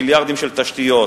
מיליארדים של תשתיות,